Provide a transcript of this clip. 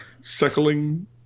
suckling